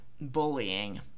bullying